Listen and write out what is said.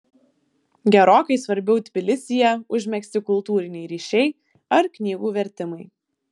gerokai svarbiau tbilisyje užmegzti kultūriniai ryšiai ar knygų vertimai